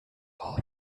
all